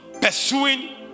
Pursuing